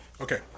Okay